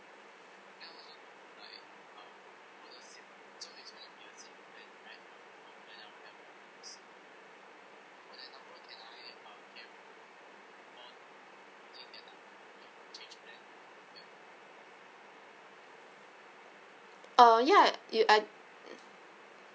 uh ya you I